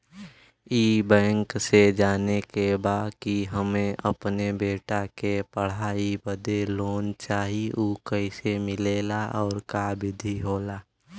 ई बैंक से जाने के बा की हमे अपने बेटा के पढ़ाई बदे लोन चाही ऊ कैसे मिलेला और का विधि होला?